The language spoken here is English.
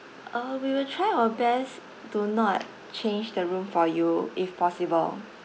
uh we will try our best to not change the room for you if possible